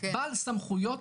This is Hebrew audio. בעל סמכויות,